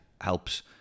helps